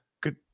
good